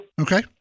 Okay